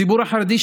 הציבור החרדי,